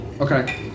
Okay